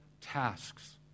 tasks